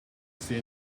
see